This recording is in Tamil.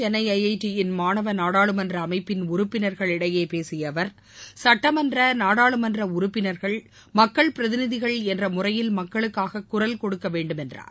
சென்னை ஐஐடியின் மாணவ நாடாளுமன்ற அமைப்பின் உறுப்பினர்களிடையே பேசிய அவர் சட்டமன்ற நாடாளுமன்ற உறுப்பினர்கள் மக்கள் பிரதிநிதிகள் என்ற முறையில் மக்களுக்காக குரல்கொடுக்கவேண்டும் என்றார்